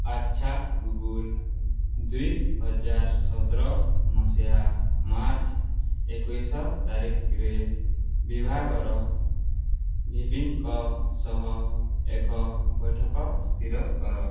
ଆଚ୍ଛା ଗୁଗୁଲ୍ ଦୁଇ ହଜାର ସତର ମସିହା ମାର୍ଚ୍ଚ ଏକୋଇଶ ତାରିଖରେ ବିଭାଗର ଭିପିଙ୍କ ସହ ଏକ ବୈଠକ ସ୍ଥିର କର